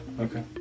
okay